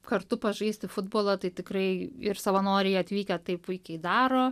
kartu pažaisti futbolą tai tikrai ir savanoriai atvykę tai puikiai daro